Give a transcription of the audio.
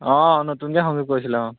অঁ নতুনকৈ সংযোগ কৰিছিলে অঁ